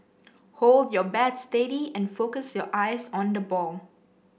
hold your bat steady and focus your eyes on the ball